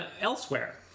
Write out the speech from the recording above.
elsewhere